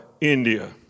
India